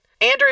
Andrew